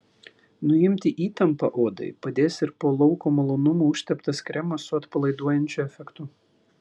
nuimti įtampą odai padės ir po lauko malonumų užteptas kremas su atpalaiduojančiu efektu